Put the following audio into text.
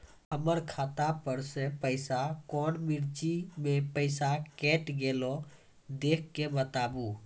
हमर खाता पर से पैसा कौन मिर्ची मे पैसा कैट गेलौ देख के बताबू?